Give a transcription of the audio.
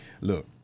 look